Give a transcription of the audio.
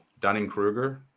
Dunning-Kruger